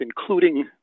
including